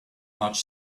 marge